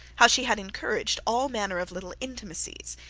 how she had encouraged all manner of little intimacies,